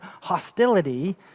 hostility